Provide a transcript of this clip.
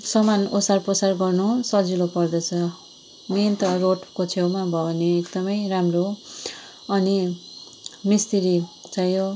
सामान ओसार पसार गर्नु सजिलो पर्दछ मेन त रोडको छेउमा भयो भने एकदम राम्रो हो अनि मिस्तिरी चाहियो